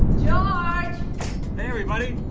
george? hey everybody!